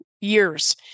years